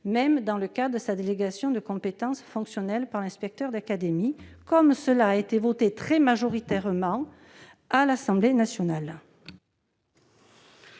même dans le cadre de sa délégation fonctionnelle de compétences de l'inspecteur d'académie, comme cela a été voté très majoritairement à l'Assemblée nationale.